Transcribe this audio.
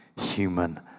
human